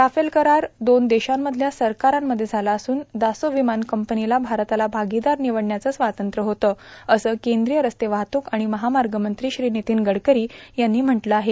Rafale करार दोन देशांमधल्या सरकारांमध्ये झाला असून डासो र्विमान कंपनीला भारतातला भागीदार र्भानवडण्याचं स्वातंत्र्य होतं असं कद्रीय रस्ते वाहतूक र्आण महामाग मंत्री श्री र्भनतीन गडकरो यांनी म्हटलं आहे